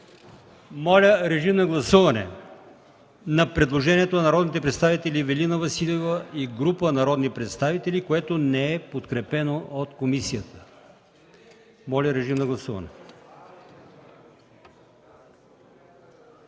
отношение по чл. 58. Има предложение на народния представител Ивелина Василева и група народни представители, което не е подкрепено от комисията. Моля, режим на гласуване.